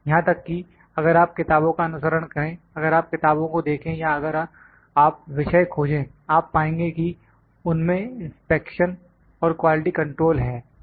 यहां तक कि अगर आप किताबों का अनुसरण करें अगर आप किताबों को देखें या अगर आप विषय खोजें आप पाएंगे कि उनमें इंस्पेक्शन और क्वालिटी कंट्रोल है